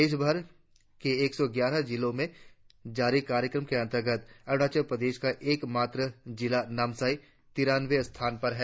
देशभर के एक सौ ग्यारह जिलों में जारी कार्यक्रम के अंतर्गत अरुणाचल प्रदेश का एक मात्र जिला नामसाई तिरानवें स्थान पर है